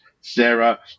sarah